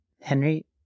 Henry